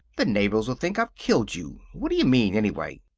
the neighbors'll think i've killed you. what d'you mean, anyway!